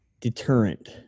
deterrent